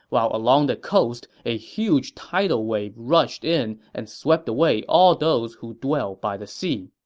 while along the coast a huge tidal wave rushed in and swept away all those who dwelled by the sea